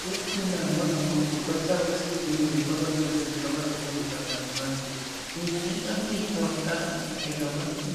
Igihe cy'inama, amahugurwa cyangwa se ibindi bikorwa byose bishobora guhuriza abantu hamwe, ni byiza kwitonda mugatega amatwi